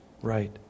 right